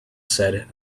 said